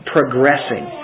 progressing